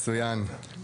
מצוין.